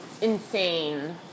insane